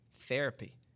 therapy